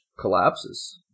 collapses